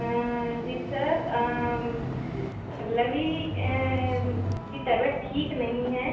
जी sir Pallavi की तबियत ठीक नहीं है